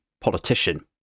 politician